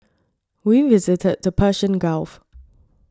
we visited the Persian Gulf